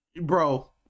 Bro